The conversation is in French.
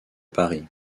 paris